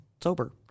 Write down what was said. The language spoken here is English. sober